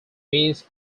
means